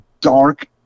dark